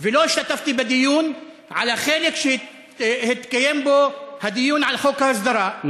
ולא השתתפתי בדיון על החלק שהתקיים בו הדיון על חוק ההסדרה,